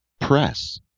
press